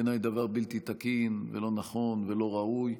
בעיניי הדבר בלתי תקין, לא נכון ולא ראוי,